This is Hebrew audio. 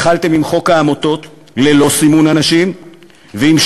התחלתם עם חוק העמותות ללא סימון אנשים והמשכתם